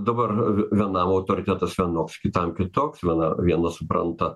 dabar v vienam autoritetas vienoks kitam kitoks viena vienas supranta